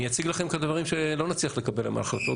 אני אציג לכם את הדברים שלא נצליח לקבל עליהם החלטות,